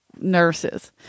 nurses